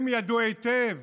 הם ידעו היטב